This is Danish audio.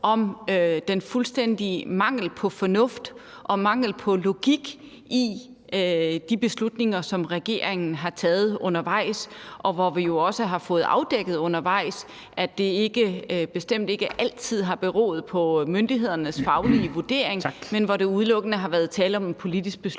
om den fuldstændige mangel på fornuft og mangel på logik i de beslutninger, som regeringen har taget undervejs. Og vi har jo også fået afdækket undervejs, at det bestemt ikke altid har beroet på myndighedernes faglige vurdering, men at der udelukkende har været tale om en politisk beslutning